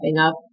up